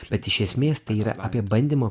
bet iš esmės tai yra apie bandymą